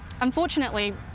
Unfortunately